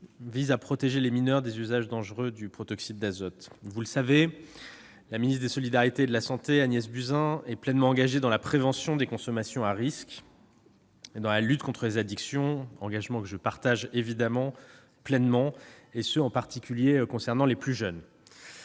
vise à protéger les mineurs contre les usages dangereux du protoxyde d'azote. Vous le savez, la ministre des solidarités et de la santé, Agnès Buzyn, est pleinement engagée dans la prévention des consommations à risque et dans la lutte contre les addictions, engagement que je partage pleinement, en particulier pour protéger les plus jeunes.